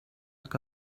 que